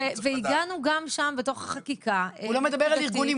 והגענו גם שם בתוך החקיקה --- הוא לא מדבר על ארגונים,